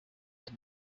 with